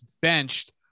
benched